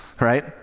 Right